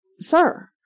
Sir